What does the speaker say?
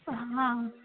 हां